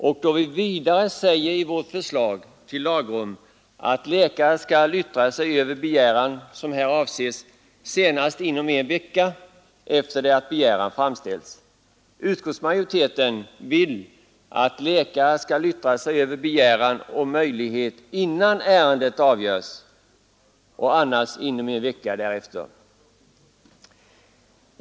Vi säger vidare i vårt förslag till lagrum att läkare skall yttra sig över begäran som här avses senast inom en vecka efter det att begäran framställts. Utskottsmajoriteten vill att läkare skall yttra sig över begäran om möjligt innan ärendet avgörs och annars inom en vecka därefter.